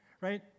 right